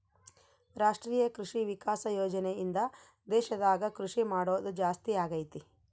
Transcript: ರಾಷ್ಟ್ರೀಯ ಕೃಷಿ ವಿಕಾಸ ಯೋಜನೆ ಇಂದ ದೇಶದಾಗ ಕೃಷಿ ಮಾಡೋದು ಜಾಸ್ತಿ ಅಗೈತಿ